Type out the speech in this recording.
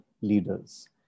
leaders